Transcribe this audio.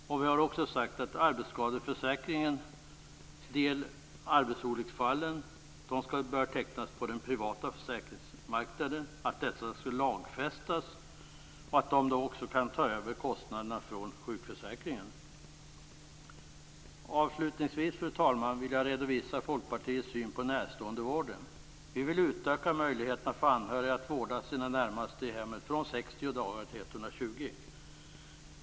När det gäller arbetsskadeförsäkringen har vi också sagt att försäkringarna för arbetsolycksfallen skall börja tecknas på den privata försäkringsmarknaden. Detta borde lagfästas, och kostnaderna kunde övertas från sjukförsäkringen. Avslutningsvis, fru talman, vill jag redovisa Folkpartiets syn på närståendevården. Vi vill utöka möjligheterna för anhöriga att vårda sina närmaste i hemmet från 60 dagar till 120.